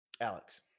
Alex